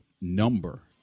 number